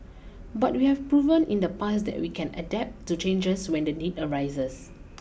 but we have proven in the past that we can adapt to changes when the need arises